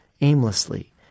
aimlessly